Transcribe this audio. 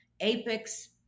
apex